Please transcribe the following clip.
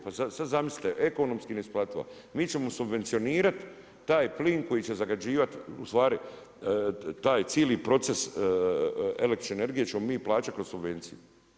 Pa sada zamislite, ekonomski neisplativo, mi ćemo subvencionirati taj plin koji će zagađivati ustvari taj cijeli proces električne energije ćemo mi plaćati kroz subvenciju.